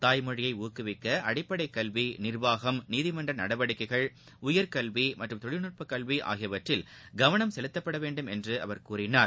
தாய்மொழியை ஊக்குவிக்க அடிப்படைக் கல்வி நிர்வாகம் நீதிமன்ற நடவடிக்கைகள் உயர்கல்வி மற்றும் தொழில்நுட்ப கல்வி ஆகியவற்றில் கவனம் செலுத்தப்பட வேண்டும் என்று கூறினார்